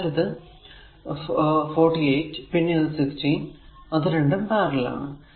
അതിനാൽ ഇത് 48 പിന്നെ ഇത് 16 അത് രണ്ടും പാരലൽ